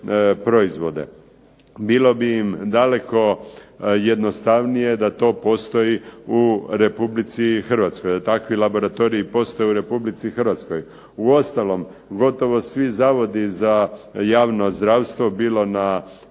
proizvode. Bilo bi im daleko jednostavnije da to postoji u Republici Hrvatskoj, da takvi laboratoriji postoje u Republici Hrvatskoj. Uostalom gotovo svi zavodi za javno zdravstvo, bilo na